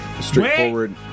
straightforward